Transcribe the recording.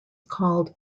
called